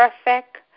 perfect